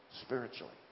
spiritually